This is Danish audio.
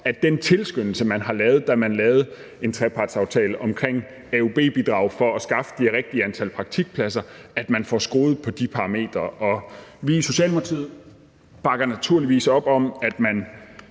den tilskyndelse, man har lavet, da man indgik en trepartsaftale omkring AUB-bidraget for at skaffe det rigtige antal praktikpladser, altså at man får skruet på de parametre. I Socialdemokratiet bakker vi naturligvis op om, at man